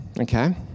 okay